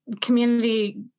community